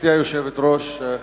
גברתי היושבת-ראש,